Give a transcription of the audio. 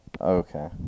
Okay